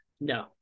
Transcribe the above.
No